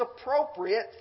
appropriate